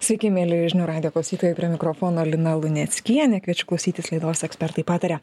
sveiki mieli žinių radijo klausytojai prie mikrofono lina luneckienė kviečiu klausytis laidos ekspertai pataria